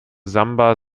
samba